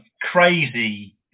crazy